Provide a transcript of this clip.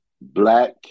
black